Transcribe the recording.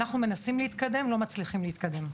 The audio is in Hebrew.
אנחנו מנסים להתקדם, לא מצליחים להתקדם.